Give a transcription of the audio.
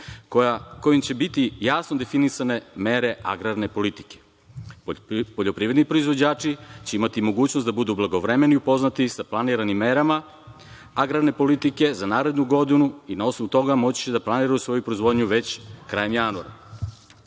kojom će biti jasno definisane mere agrarne politike. Poljoprivredni proizvođači će imati mogućnost da budu blagovremeno upoznati sa planiranim merama agrarne politike za narednu godinu i na osnovu toga moći će da planiraju svoju proizvodnju već krajem